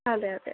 അതെ അതെ